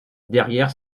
derrière